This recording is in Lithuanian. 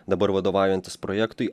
dabar vadovaujantis projektui